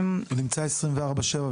הוא נמצא 24/7,